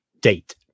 date